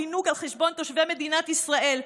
לפינוק על חשבון תושבי מדינת ישראל,